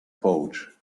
pouch